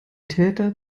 täter